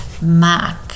Mac